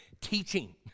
teaching